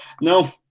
no